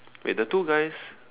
wait the two guys